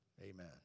Amen